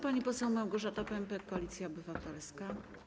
Pani poseł Małgorzata Pępek, Koalicja Obywatelska.